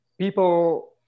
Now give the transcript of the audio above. people